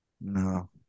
No